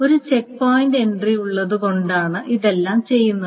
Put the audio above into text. ഒരു check point entry ഉള്ളതുകൊണ്ടാണ് ഇതെല്ലാം ചെയ്യുന്നത്